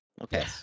Okay